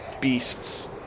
beasts